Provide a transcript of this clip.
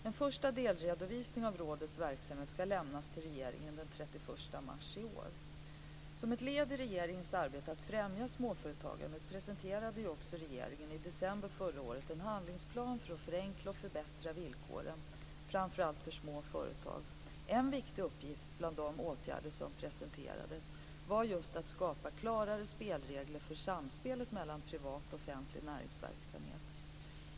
En första delredovisning av rådets verksamhet skall lämnas till regeringen den Som ett led i regeringens arbete att främja småföretagandet presenterade regeringen i december förra året en handlingsplan för att förenkla och förbättra villkoren framför allt för små företag. En viktig uppgift bland de åtgärder som presenterades var just att skapa klarare spelregler för samspelet mellan privat och offentlig näringsverksamhet.